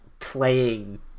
Playing